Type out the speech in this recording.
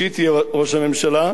שהיא תהיה ראש הממשלה,